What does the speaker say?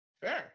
Fair